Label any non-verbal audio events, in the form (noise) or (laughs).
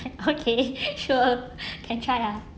(laughs) okay sure can try ah